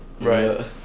Right